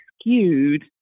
skewed